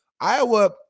Iowa